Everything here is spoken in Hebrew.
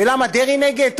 ולמה דרעי נגד?